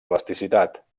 elasticitat